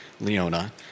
Leona